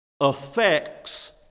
affects